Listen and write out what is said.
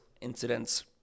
incidents